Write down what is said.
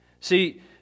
See